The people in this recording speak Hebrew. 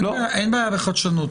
אין בעיה בחדשנות.